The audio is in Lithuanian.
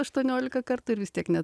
aštuoniolika kartų ir vis tiek ne